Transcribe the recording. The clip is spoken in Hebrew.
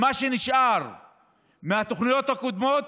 עם מה שנשאר מהתוכניות הקודמות,